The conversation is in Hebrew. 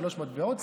שלוש מטבעות,